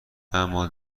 اما